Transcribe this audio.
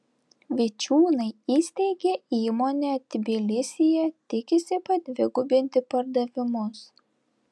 vičiūnai įsteigė įmonę tbilisyje tikisi padvigubinti pardavimus